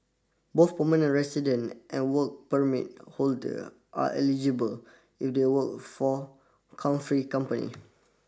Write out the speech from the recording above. both permanent resident and work permit holder are eligible if they work for chauffeur company